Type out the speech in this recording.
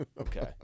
Okay